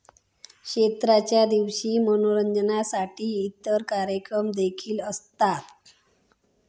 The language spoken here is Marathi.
क्षेत्राच्या दिवशी मनोरंजनासाठी इतर कार्यक्रम देखील असतात